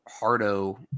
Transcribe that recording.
Hardo